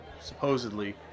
supposedly